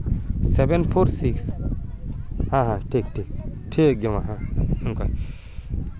seven four six ᱦᱮᱸ ᱦᱮᱸ ᱴᱷᱤᱠ ᱴᱷᱤᱠ ᱴᱷᱤᱠ ᱜᱮᱭᱟ ᱢᱟ ᱦᱮᱸ ᱱᱚᱝᱠᱟᱜᱮ